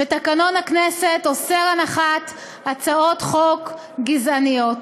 ותקנון הכנסת אוסר הנחת הצעות חוק גזעניות.